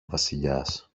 βασιλιάς